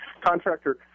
contractor